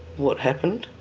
what happened.